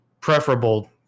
preferable